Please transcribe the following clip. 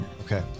okay